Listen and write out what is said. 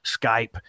Skype